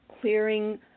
clearing